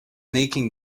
making